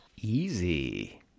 Easy